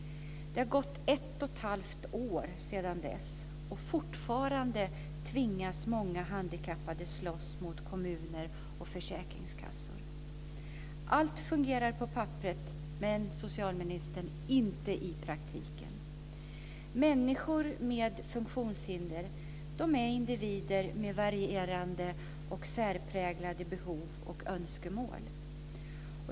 Det har gått ett och ett halvt år sedan dess, och fortfarande tvingas många handikappade slåss mot kommuner och försäkringskassor. Allt fungerar på papperet men, socialministern, inte i praktiken. Människor med funktionshinder är individer med varierade och särpräglade behov och önskemål.